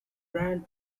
brand